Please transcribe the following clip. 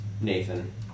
Nathan